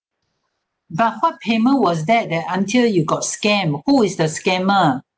the part payment was that there until you got scam who is the scammer